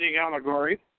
allegory